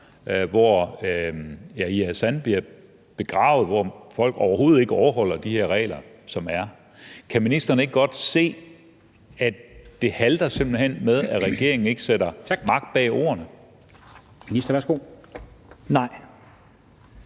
Yahya Hassan blev begravet, hvor folk overhovedet ikke overholdt de her regler. Kan ministeren ikke godt se, at det simpelt hen halter, i forhold til at regeringen ikke sætter magt bag ordene?